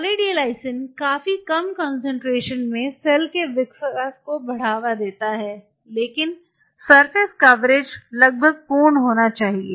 poly D lysine काफी कम concentration में सेल के विकास को बढ़ावा देता है लेकिन सरफेस कवरेज लगभग पूर्ण होना चाहिए